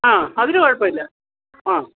ആ അതിന് കുഴപ്പമില്ല ആ